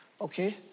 okay